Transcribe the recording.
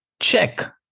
check